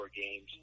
games